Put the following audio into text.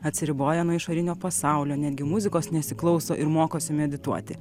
atsiriboja nuo išorinio pasaulio netgi muzikos nesiklauso ir mokosi medituoti